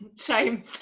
Shame